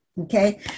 Okay